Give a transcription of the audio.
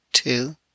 Two